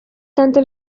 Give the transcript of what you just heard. tanto